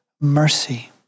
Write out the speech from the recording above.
mercy